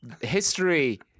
history